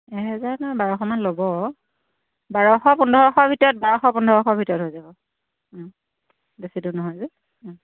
এহেজাৰ নহয় বাৰশ মান ল'ব বাৰশ পোন্ধৰশ ভিতৰত বাৰশ পোন্ধৰশৰ ভিতৰত হৈ যাব বেছি দূৰ নহয় যে